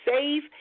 safe